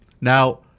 Now